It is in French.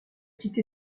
quitté